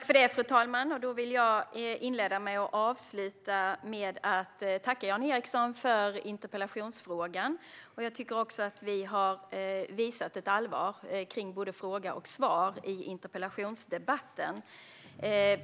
Fru talman! Jag vill inleda mitt avslutande inlägg med att tacka Jan Ericson för interpellationen. Jag tycker att vi har visat ett allvar kring både fråga och svar i interpellationsdebatten.